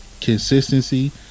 consistency